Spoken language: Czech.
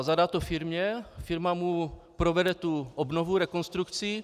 Zadá to firmě, firma mu provede obnovu, rekonstrukci.